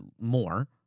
more